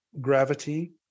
gravity